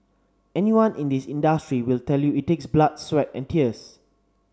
anyone in this industry will tell you it takes blood sweat and tears